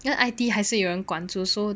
you know I_T_E 还是有人管住 so